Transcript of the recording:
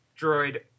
droid